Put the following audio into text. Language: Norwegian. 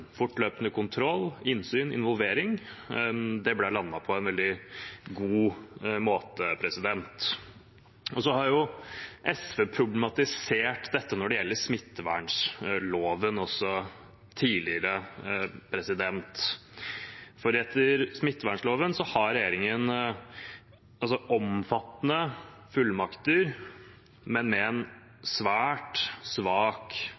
fortløpende kontroll, innsyn og involvering. Det ble landet på en veldig god måte. SV har problematisert det når det gjelder smittevernloven også tidligere, for etter smittevernloven har regjeringen omfattende fullmakter, men med en svært svak